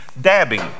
dabbing